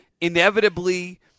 inevitably